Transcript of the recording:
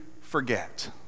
forget